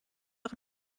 auch